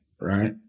right